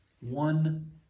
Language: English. One